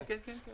כן, כן, כן.